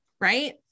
right